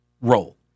role